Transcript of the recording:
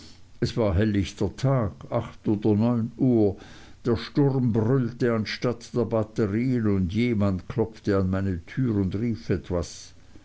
es war hellichter tag acht oder neun uhr der sturm brüllte anstatt der batterien und jemand klopfte an meine tür und rief etwas